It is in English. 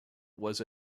was